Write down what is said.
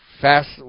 fast